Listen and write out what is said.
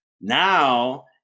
Now